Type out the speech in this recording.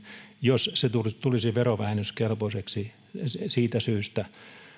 jos tämä vapaaehtoinen avustaminen tulisi verovähennyskelpoiseksi